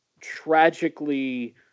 tragically